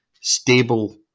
stable